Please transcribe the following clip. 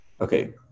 Okay